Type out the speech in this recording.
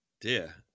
dear